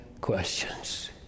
questions